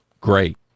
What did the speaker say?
great